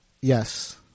Yes